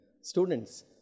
students